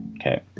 Okay